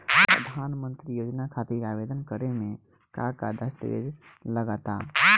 प्रधानमंत्री योजना खातिर आवेदन करे मे का का दस्तावेजऽ लगा ता?